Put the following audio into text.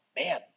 man